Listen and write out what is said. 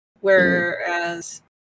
Whereas